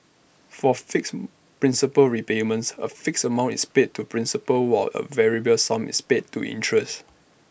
for fixed principal repayments A fixed amount is paid to principal while A variable sum is paid to interest